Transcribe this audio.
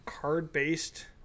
card-based